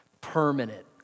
permanent